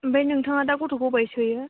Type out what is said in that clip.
ओमफाय नोंथाङा दा गथ'खौ अफाय सोयो